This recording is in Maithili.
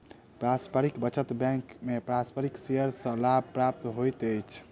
पारस्परिक बचत बैंक में पारस्परिक शेयर सॅ लाभ प्राप्त होइत अछि